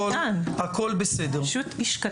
איש קטן, פשוט איש קטן.